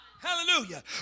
Hallelujah